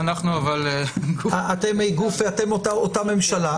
אנחנו אבל גוף --- אתם גוף, אתם אותה ממשלה.